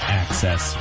access